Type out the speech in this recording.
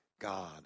God